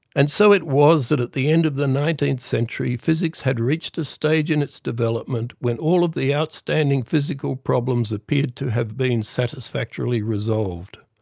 and so it was that at the end of the nineteenth century, physics had reached a stage in its development when all of the outstanding physical problems appeared to have been satisfactorily resolved.